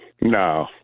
No